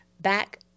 back